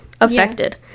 affected